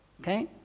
Okay